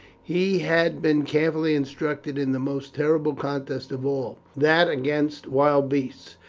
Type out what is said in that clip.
he had been carefully instructed in the most terrible contest of all, that against wild beasts,